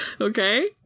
Okay